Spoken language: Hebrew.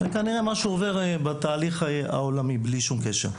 זה כנראה גם תהליך שעובר בעולם בלי שום קשר.